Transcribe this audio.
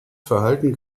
verhalten